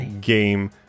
game